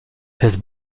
his